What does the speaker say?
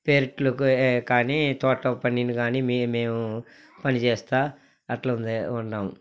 పెరట్లోకే ఏ కానీ తోటలో పండింది కానీ మీ మేము పనిచేస్తా అట్లుందే ఉన్నాము